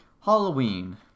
Halloween